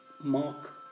Mark